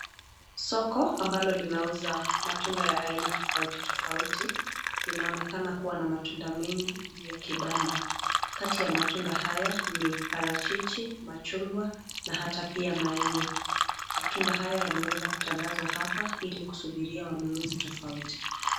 Soko ambalo linauza matunda ya aina tofauti tofauti linaonekana kuwa na matunda mengi juu ya kibanda. Kati ya matunda haya ni Parachichi, machungwa na hata pia maembe. Matunda haya yameweza kutandazwa hapa ili kusubiria wanunuzi tofauti.